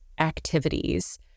activities